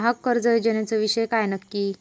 ग्राहक कर्ज योजनेचो विषय काय नक्की?